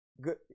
good